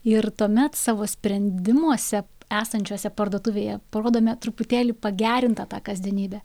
ir tuomet savo sprendimuose esančiuose parduotuvėje parodome truputėlį pagerintą tą kasdienybę